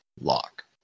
lock